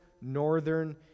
northern